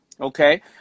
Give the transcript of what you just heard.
Okay